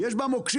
יש בה מוקשים,